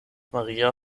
maria